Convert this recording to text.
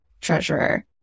treasurer